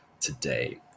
today